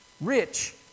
Rich